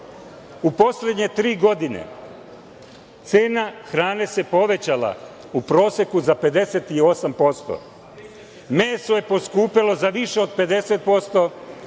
U poslednje tri godine cena hrane se povećala u proseku za 58%. Meso je poskupelo za više od 50%,